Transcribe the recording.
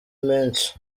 menshi